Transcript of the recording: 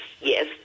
yes